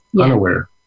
Unaware